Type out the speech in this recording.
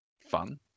fun